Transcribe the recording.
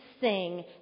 sing